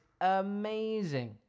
amazing